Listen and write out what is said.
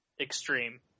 extreme